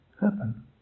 happen